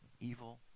evil